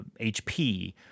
HP